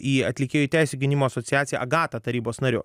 į atlikėjų teisių gynimo asociaciją agata tarybos nariu